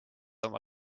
oma